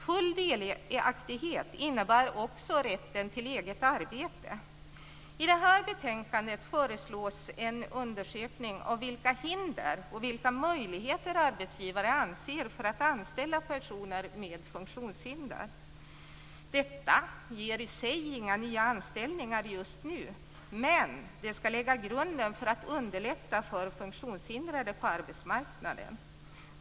Full delaktighet innebär också rätten till eget arbete. I betänkandet föreslås en undersökning av vilka hinder och vilka möjligheter som arbetsgivare anser finns för att anställa personer med funktionshinder. Detta ger i sig inga nya anställningar just nu, men det ska lägga grunden för att underlätta för funktionshindrade på arbetsmarknaden.